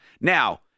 Now